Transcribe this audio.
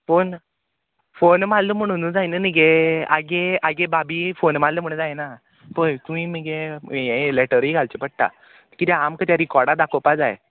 phone phone मारलो म्हणुनू जायना न्ही गे आगे आगे भाभी फोन मारलो म्हणुनू जायना पय तुयें मगे हें लॅटरूय घालची पडटा किद्या आमकां तें रिकोर्डा दाखोवपा जाय